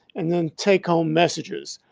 and then take home messages.